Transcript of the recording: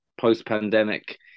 post-pandemic